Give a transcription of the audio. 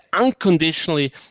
unconditionally